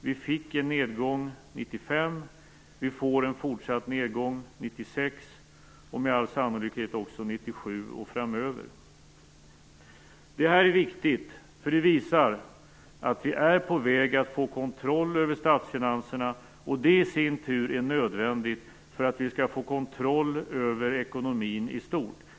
Vi fick en nedgång 1995, och vi får en fortsatt nedgång 1996 och med all sannolikhet också 1997 och framöver. Detta är viktigt, eftersom det visar att vi är på väg att få kontroll över statsfinanserna, och det i sin tur är nödvändigt för att vi skall få kontroll över ekonomin i stort.